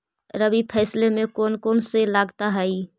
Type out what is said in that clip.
रबी फैसले मे कोन कोन सा लगता हाइय?